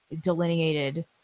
delineated